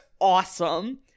awesome